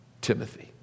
Timothy